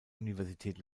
universität